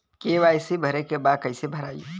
KYC भरे के बा कइसे भराई?